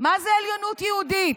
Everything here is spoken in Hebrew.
מה זאת עליונות יהודית?